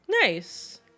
Nice